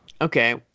Okay